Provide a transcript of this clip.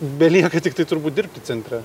belieka tiktai turbūt dirbti centre